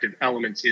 elements